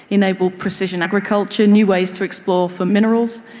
enable precision agriculture, new ways to explore for minerals,